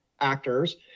actors